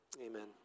Amen